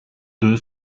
deux